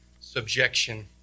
subjection